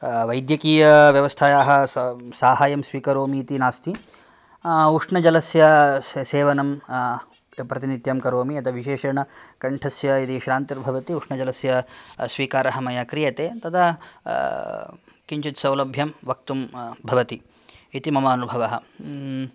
वैद्यकीय व्यवस्थायाः साहाय्यं स्वीकरोमि इति नास्ति उष्णजलस्य से सेवनं प्रतिनित्यं करोमि यत् विशेषेण कण्ठस्य यदि श्रान्तिर्भवति उष्णजलस्य स्वीकारः मया क्रियते तदा किञ्चित् सौलभ्यं वक्तुं भवति इति मम अनुभवः